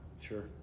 Sure